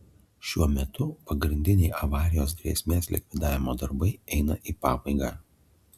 šiuo metu pagrindiniai avarijos grėsmės likvidavimo darbai eina į pabaigą